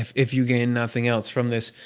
if if you gain nothing else from this.